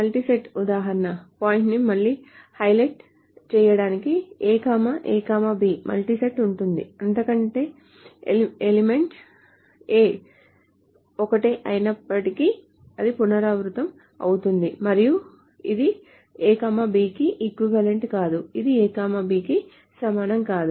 multi set ఉదాహరణ పాయింట్ని మళ్లీ హైలైట్ చేయడానికి మల్టీ సెట్ ఉంటుంది ఎందుకంటే ఎలిమెంట్ A ఒకటే అయినప్పటికీ అది పునరావృతమవుతుంది మరియు ఇది కి ఈక్వివలెంట్ కాదు ఇది A B కి సమానం కాదు